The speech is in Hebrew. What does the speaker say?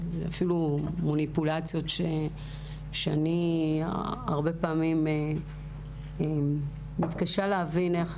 זה אפילו מניפולציות שהרבה פעמים אני מתקשה להבין איך